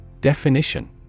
Definition